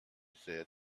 said